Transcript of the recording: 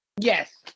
Yes